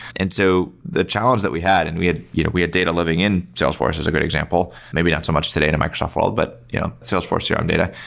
and so the challenge that we had, and we had you know we had data living in salesforce is a great example. maybe not so much today in a microsoft world, but yeah salesforce your own data.